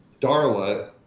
darla